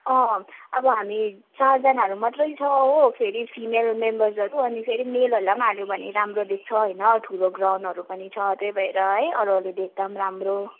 अँ अब हामी चारजनाहरू मात्रै छ हो फेरि फिमेल मेम्बर्सहरू अनि फेरि मेलहरूलाई पनि हाल्यो भने राम्रो देख्छ होइन ठुलो ग्राउन्डहरू पनि छ त्यही भएर है अरूहरूले देख्दा पनि राम्रो